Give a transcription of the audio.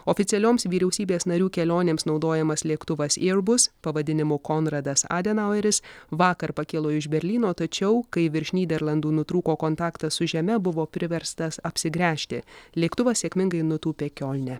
oficialioms vyriausybės narių kelionėms naudojamas lėktuvas airbus pavadinimu konradas adenaueris vakar pakilo iš berlyno tačiau kai virš nyderlandų nutrūko kontaktas su žeme buvo priverstas apsigręžti lėktuvas sėkmingai nutūpė kiolne